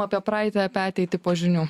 apie praeitį apie ateitį po žinių